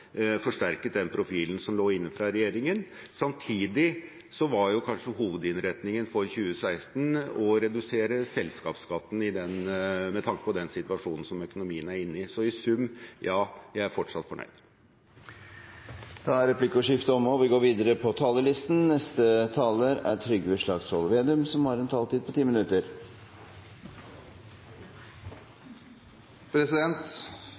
forsterket profilen som lå inne fra regjeringen. Samtidig var hovedinnretningen for 2016 å redusere selskapsskatten med tanke på den situasjonen som økonomien er inne i. I sum: Ja, jeg er fortsatt fornøyd. Replikkordskiftet er omme. Årets budsjettbehandling denne stortingshøsten har vært veldig spesiell, og den har vært mildt kaotisk i sin form. Først fikk vi et budsjett der man ikke tok høyde for de økte flyktningkostnadene, så kom en